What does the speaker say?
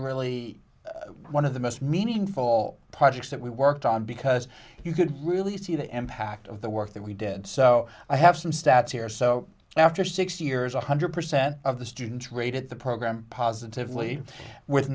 really one of the most meaningful projects that we worked on because you could really see the end packed of the work that we did so i have some stats here so after six years one hundred percent of the students rated the program positively with